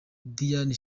diane